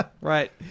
right